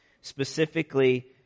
specifically